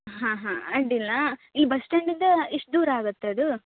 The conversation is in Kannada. ಹಾಂ ಹಾಂ ಅಡ್ಡಿಲ್ಲ ಇಲ್ಲಿ ಬಸ್ ಸ್ಟ್ಯಾಂಡಿಂದ ಎಷ್ಟು ದೂರ ಆಗುತ್ತೆ ಅದು